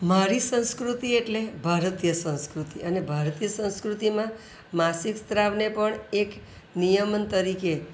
મારી સંસ્કૃતિ એટલે ભારતીય સંસ્કૃતિ અને ભારતીય સંસ્કૃતિમાં એટલે માસિક સ્ત્રાવને પણ એક નિયમન તરીકે